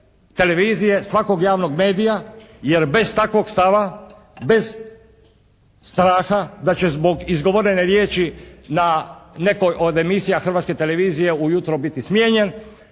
televizije, svakog javnog medija jer bez takvog stava, bez straha da će zbog izgovorene riječi na nekoj od emisija Hrvatske televizije ujutro biti smijenjen,